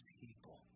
people